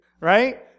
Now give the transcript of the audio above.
right